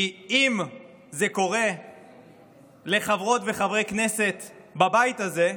כי אם זה קורה לחברות וחברי כנסת בבית הזה,